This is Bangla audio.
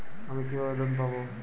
আমি কিভাবে লোন পাব?